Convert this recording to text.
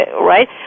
right